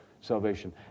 salvation